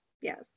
yes